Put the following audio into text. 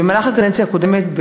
במהלך הקדנציה הקודמת,